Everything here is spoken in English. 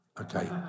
Okay